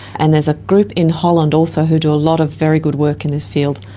and there's a group in holland also who do a lot of very good work in this field.